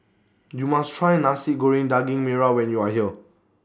YOU must Try Nasi Goreng Daging Merah when YOU Are here